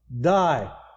die